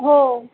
हो